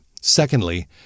Secondly